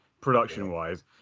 production-wise